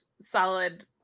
solid